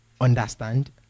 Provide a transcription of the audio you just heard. understand